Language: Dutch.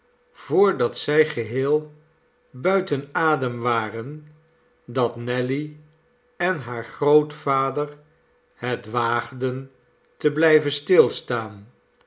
dat zij geheel buiten adem waren dat nelly en haar grootvader het waagden te blijven stilstaan